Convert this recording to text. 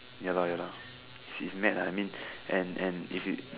ya lor ya lor she's mad lah I mean and and if you